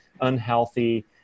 unhealthy